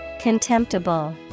Contemptible